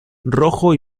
rojo